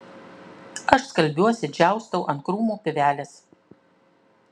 aš skalbiuosi džiaustau ant krūmų pievelės